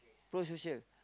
prosocial